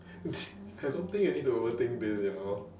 I don't think you need to overthink this you know